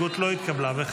התקבלה.